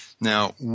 Now